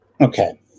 Okay